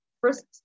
first